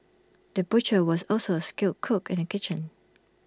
the butcher was also A skilled cook in the kitchen